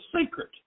secret